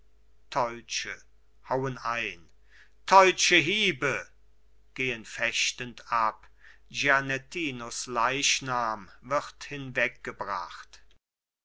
teutsche hauen ein teutsche hiebe gehen fechtend ab gianettinos leichnam wird